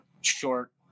short